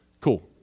Cool